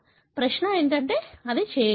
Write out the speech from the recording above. ప్రశ్న అది చేయగలదు